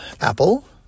Apple